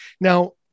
Now